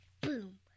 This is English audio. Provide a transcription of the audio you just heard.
boom